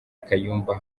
kayumba